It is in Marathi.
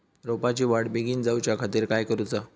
रोपाची वाढ बिगीन जाऊच्या खातीर काय करुचा?